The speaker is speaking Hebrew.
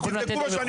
תבדקו מה שאני אומר.